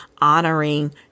honoring